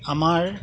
আমাৰ